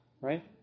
right